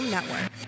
Network